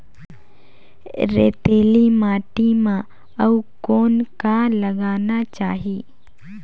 रेतीली माटी म अउ कौन का लगाना चाही?